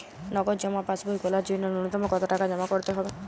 নগদ জমা পাসবই খোলার জন্য নূন্যতম কতো টাকা জমা করতে হবে?